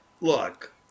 look